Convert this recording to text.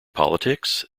politics